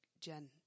Jen